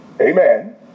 Amen